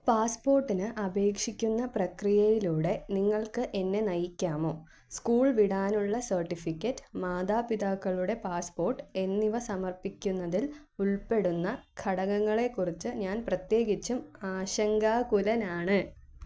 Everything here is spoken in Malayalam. പാസ്പോർട്ടിന് അപേക്ഷിക്കുന്ന പ്രക്രിയയിലൂടെ നിങ്ങൾക്ക് എന്നെ നയിക്കാമോ സ്കൂൾ വിടാനുള്ള സർട്ടിഫിക്കറ്റ് മാതാപിതാക്കളുടെ പാസ്പോർട്ട് എന്നിവ സമർപ്പിക്കുന്നതിൽ ഉൾപ്പെടുന്ന ഘട്ടങ്ങളെക്കുറിച്ച് ഞാൻ പ്രത്യേകിച്ചും ആശങ്കാകുലനാണ്